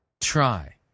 try